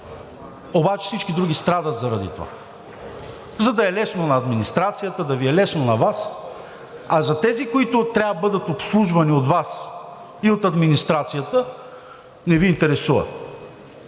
обаче всички други страдат заради това. За да е лесно на администрацията, да Ви е лесно на Вас, а за тези, които трябва да бъдат обслужвани от Вас и от администрацията, не Ви интересува.